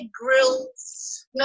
Grills